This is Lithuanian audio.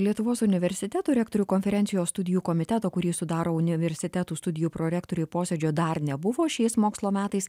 lietuvos universitetų rektorių konferencijos studijų komiteto kurį sudaro universitetų studijų prorektoriai posėdžio dar nebuvo šiais mokslo metais